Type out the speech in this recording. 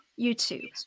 YouTube